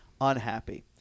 unhappy